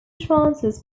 transfers